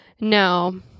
No